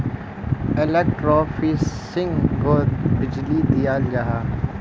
एलेक्ट्रोफिशिंगोत बीजली दियाल जाहा